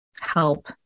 help